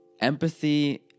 empathy